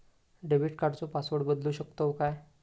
Debit कार्डचो password बदलु शकतव काय?